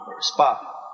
spa